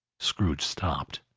scrooge stopped.